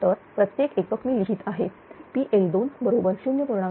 तर प्रत्येक एकक मी लिहीत आहे PL2 बरोबर 0